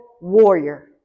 warrior